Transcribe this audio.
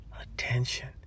attention